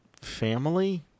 family